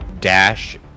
dash